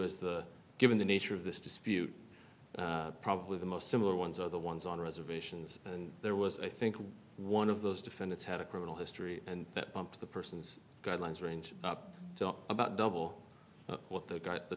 as the given the nature of this dispute probably the most similar ones are the ones on reservations and there was i think one of those defendants had a criminal history and that bumped the person's guidelines range up to about double what they got the